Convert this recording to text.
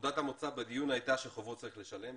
נקודת המוצא בדיון הייתה שחובות צריך לשלם.